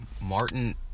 Martin –